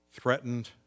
threatened